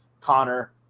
Connor